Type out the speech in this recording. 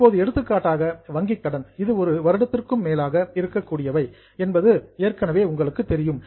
இப்போது எடுத்துக்காட்டாக வங்கி கடன் இது ஒரு வருடத்திற்கும் மேலாக இருக்கக்கூடியவை என்பது ஏற்கனவே உங்களுக்கு தெரியும்